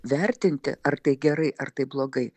vertinti ar tai gerai ar tai blogai